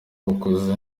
abahoze